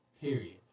Period